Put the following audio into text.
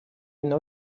know